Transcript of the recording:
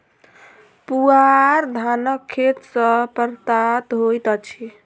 पुआर धानक खेत सॅ प्राप्त होइत अछि